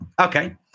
okay